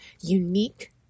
unique